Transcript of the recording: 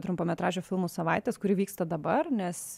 trumpametražių filmų savaitės kuri vyksta dabar nes